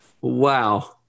Wow